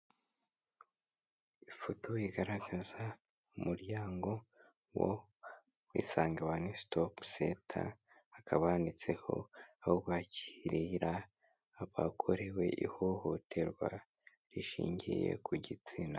Ifoto igaragaza umuryango wo Isanga One Stop Center, hakaba handitseho aho bakirira abakorewe ihohoterwa rishingiye ku gitsina.